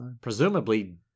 presumably